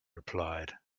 replied